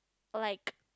or like